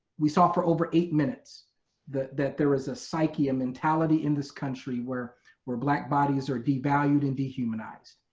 we saw for over eight minutes that that there is a psyche, a mentality in this country where where black bodies are devalued and dehumanized.